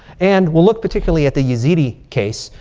and we'll look particularly at the yazidi case.